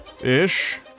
Ish